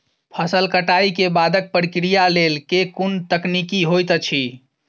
फसल कटाई केँ बादक प्रक्रिया लेल केँ कुन तकनीकी होइत अछि?